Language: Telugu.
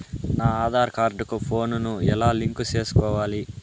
నా ఆధార్ కార్డు కు ఫోను ను ఎలా లింకు సేసుకోవాలి?